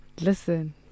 Listen